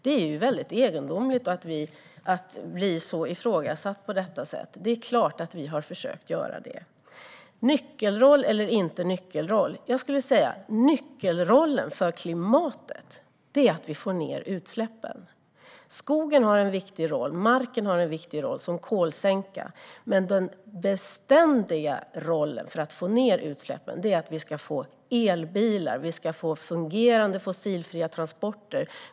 Det är väldigt egendomligt att bli så ifrågasatt på detta sätt. Det är klart att vi har försökt att göra det. Frågan gällde nyckelroll eller inte nyckelroll. Jag skulle säga: Nyckelrollen för klimatet är att vi får ned utsläppen. Skogen har en viktig roll, och marken har en viktig roll som kolsänka. Men den beständiga rollen för att få ned utsläppen är att vi ska få elbilar och fungerande fossilfria transporter.